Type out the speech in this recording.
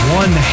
one